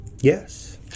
Yes